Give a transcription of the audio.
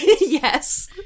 Yes